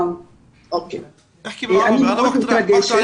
המובן מאליו לא היה קיים